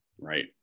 right